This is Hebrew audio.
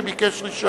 שביקש רשות.